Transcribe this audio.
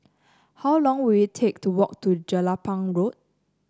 how long will it take to walk to Jelapang Road